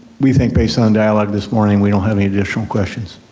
we think based on dialogue this morning we don't have any additional questions.